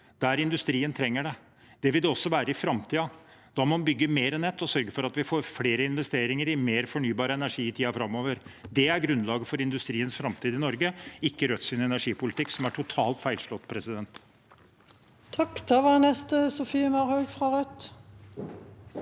der industrien trenger det. Det vil det også være i framtiden. Da må en bygge mer nett og sørge for at vi får flere investeringer i mer fornybar energi i tiden framover. Det er grunnlaget for industriens framtid i Norge, ikke Rødts energipolitikk, som er totalt feilslått. Sofie